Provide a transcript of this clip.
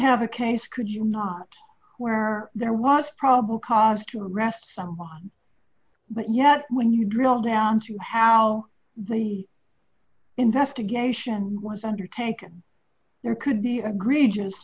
have a case could you not were there was probable cause to arrest someone but yet when you drill down to how the investigation was undertaken there could be agreed just